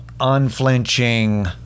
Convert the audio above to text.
unflinching